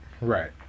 right